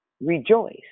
Rejoice